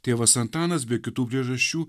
tėvas antanas be kitų priežasčių